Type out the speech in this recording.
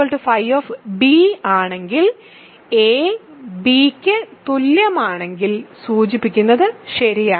φ φ ആണെങ്കിൽ a b തുല്യമാണെങ്കിൽ സൂചിപ്പിക്കുന്നത് ശരിയാണ്